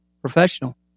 professional